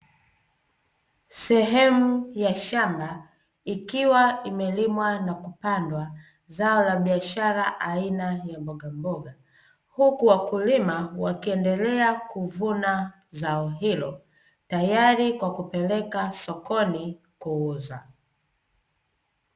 Sehemu ya shamba, ikiwa imelimwa na kupandwa zao la biashara aina ya mbogamboga, huku wakulima wakiendelea kuvuna zao hilo, tayari kwa kupeleka sokoni kuuza.